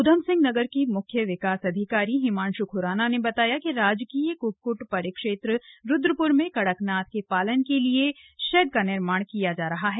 ऊधमसिंह नगर के मुख्य विकास अधिकारी हिमांशु खुराना ने बताया कि राजकीय क्क्ट परिक्षेत्र रुद्रपुर में कड़कनाथ के पालन के लिए शेड का निर्माण किया जा रहा है